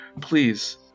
please